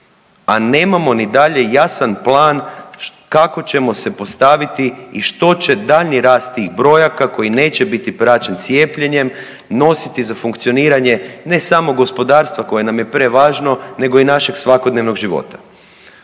a nemamo ni dalje jasan plan kako ćemo se postaviti i što će daljnji rast tih brojaka koji neće biti praćen cijepljenjem nositi za funkcioniranje, ne samo gospodarstva koje nam je prevažno, nego i našeg svakodnevnog života.